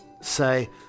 say